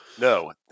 No